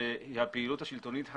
שהיא הפעילות השלטונית,